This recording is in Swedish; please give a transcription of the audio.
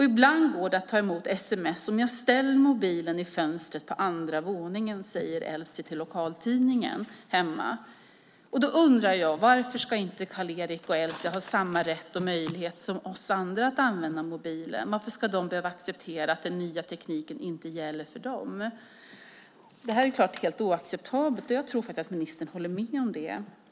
Ibland går det att ta emot sms om jag ställer mobilen i fönstret på andra våningen, säger Elsie till lokaltidningen. Varför ska inte Karl-Erik och Elsie ha samma rätt och möjlighet som vi andra att använda mobilen? Varför ska de behöva acceptera att den nya tekniken inte gäller för dem? Det är naturligtvis helt oacceptabelt. Jag tror faktiskt att ministern håller med om det.